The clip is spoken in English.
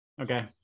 Okay